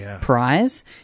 prize